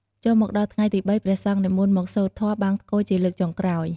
ចូលមកដល់ថ្ងៃទី៣ ព្រះសង្ឃនិមន្តមកសូត្រធម៌បង្សុកូលជាលើកចុងក្រោយ។